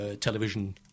television